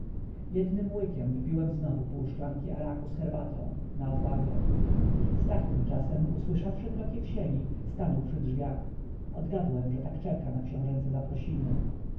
jednym łykiem wypiłem znowu pół szklanki araku z herbatą na odwagę stach tymczasem usłyszawszy kroki w sieni stanął przy drzwiach odgadłem że tak czeka na książęce zaprosiny